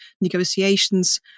negotiations